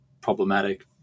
problematic